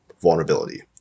vulnerability